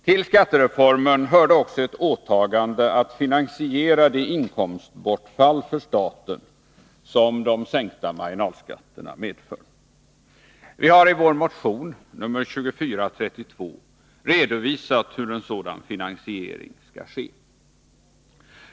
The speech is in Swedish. Till skattereformen hörde också ett åtagande att finansiera det inkomstbortfall för staten som de sänkta marginalskatterna medförde. Vi hari vår motion nr 2432 redovisat hur en sådan finansiering skall ske.